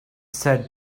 said